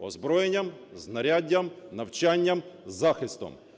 Озброєнням, знаряддям, навчанням, захистом.